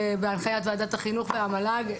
ובהנחיית ועדת החינוך והמל"ג.